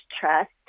trust